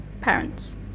parents